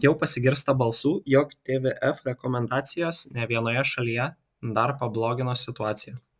jau pasigirsta balsų jog tvf rekomendacijos ne vienoje šalyje dar pablogino situaciją